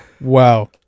Wow